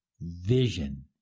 vision